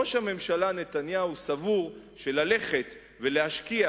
ראש הממשלה נתניהו סבור שללכת ולהשקיע,